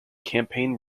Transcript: campaign